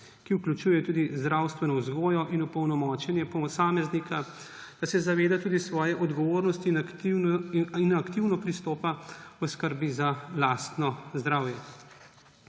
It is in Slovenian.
ki vključuje tudi zdravstveno vzgojo in opolnomočenje posameznika, da se zaveda tudi svoje odgovornosti in aktivno pristopa k skrbi za lastno zdravje.